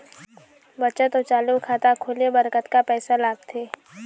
बचत अऊ चालू खाता खोले बर कतका पैसा लगथे?